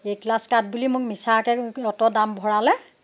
এ class কাঠ বুলি মোক মিছাকৈ অত দাম ভৰালে